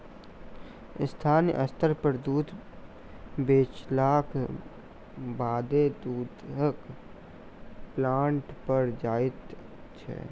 स्थानीय स्तर पर दूध बेचलाक बादे दूधक प्लांट पर जाइत छै